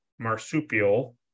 marsupial